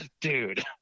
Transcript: Dude